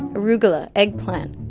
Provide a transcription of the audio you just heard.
arugula, eggplant.